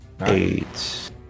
Eight